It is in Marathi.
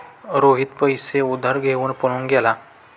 रोहित पैसे उधार घेऊन पळून गेला